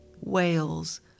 whales